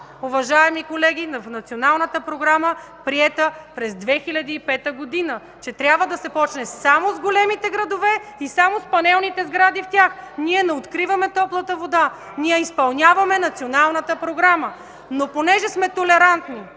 уважаеми колеги, в Националната програма, приета през 2005 г. – че трябва да се почне само с големите градове и само с панелните сгради в тях. Ние не откриваме топлата вода, ние изпълняваме Националната програма. (Реплики от народния